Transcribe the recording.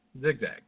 Zigzag